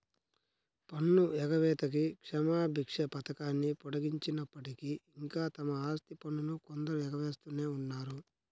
పన్ను ఎగవేతకి క్షమాభిక్ష పథకాన్ని పొడిగించినప్పటికీ, ఇంకా తమ ఆస్తి పన్నును కొందరు ఎగవేస్తూనే ఉన్నారు